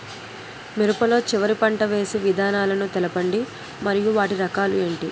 మిరప లో చివర పంట వేసి విధానాలను తెలపండి మరియు వాటి రకాలు ఏంటి